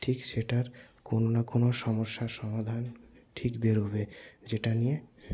ঠিক সেটার কোনো না কোনো সমস্যার সমাধান ঠিক বেরোবে যেটা নিয়ে